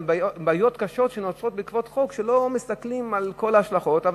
בעיות קשות שנוצרות בעקבות חוק שלא מסתכלים על כל ההשלכות שלו,